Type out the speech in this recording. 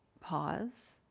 pause